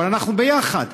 אבל אנחנו יחד.